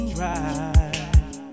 right